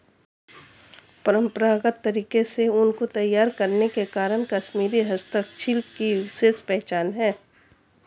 परम्परागत तरीके से ऊन को तैयार करने के कारण कश्मीरी हस्तशिल्प की विशेष पहचान है